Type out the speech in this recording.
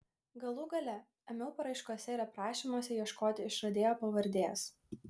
galų gale ėmiau paraiškose ir aprašymuose ieškoti išradėjo pavardės